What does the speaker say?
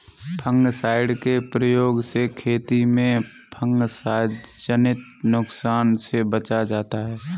fungicide के प्रयोग से खेती में फँगसजनित नुकसान से बचा जाता है